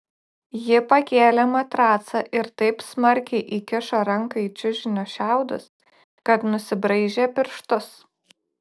ji pakėlė matracą ir taip smarkiai įkišo ranką į čiužinio šiaudus kad nusibraižė pirštus